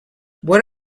what